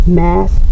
mass